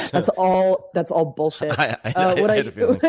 that's all that's all bullshit. i had i had a feeling.